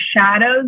shadows